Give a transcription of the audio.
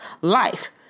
life